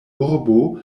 urbo